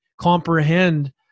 comprehend